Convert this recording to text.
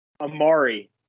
Amari